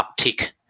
uptick